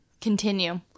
Continue